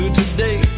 today